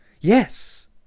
Yes